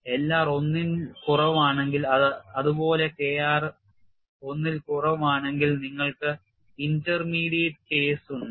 L r 1 ൽ കുറവാണെങ്കിൽ അത് പോലെ K r 1 ൽ കുറവാണെങ്കിൽ നിങ്ങൾക്ക് ഇന്റർമീഡിയറ്റ് കേസ് ഉണ്ട്